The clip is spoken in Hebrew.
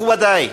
מכובדי,